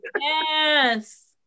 Yes